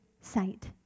sight